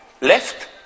left